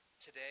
today